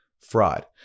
fraud